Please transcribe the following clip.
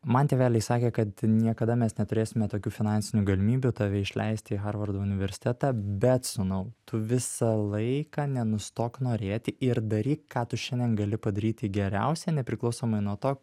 man tėveliai sakė kad niekada mes neturėsime tokių finansinių galimybių tave išleisti į harvardo universitetą bet sūnau tu visą laiką nenustok norėti ir daryk ką tu šiandien gali padaryti geriausią nepriklausomai nuo to